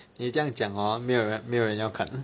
你这样讲 hor 没有人没有人要看